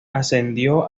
ascendió